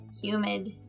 humid